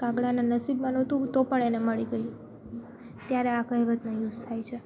કાગડાના નસીબમાં નો તું તો પણ એને મળી ગયું ત્યારે આ કહેવતનો યુઝ થાય છે